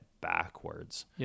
backwards